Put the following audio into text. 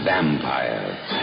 Vampires